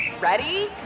Ready